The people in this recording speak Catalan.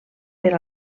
per